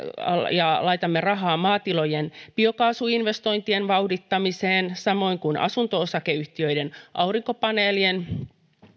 ja laitamme rahaa maatilojen biokaasuinvestointien vauhdittamiseen samoin kuin asunto osakeyhtiöiden aurinkopaneelien